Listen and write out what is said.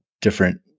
different